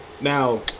now